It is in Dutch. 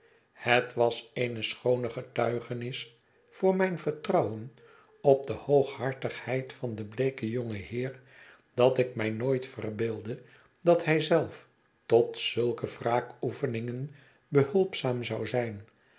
het was eene schoone getuigenis voor mijn vertrouwen op dehooghartigheid van den bleeken jongen heer dat ik mij nooit verbeeldde dat hij zelf tot zulke wraakoefeningen behulpzaam zou zijn